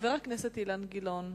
חבר הכנסת אילן גילאון,